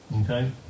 Okay